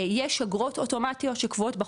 יש אגרות אוטומטיות שקבועות בחוק,